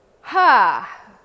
ha